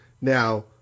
Now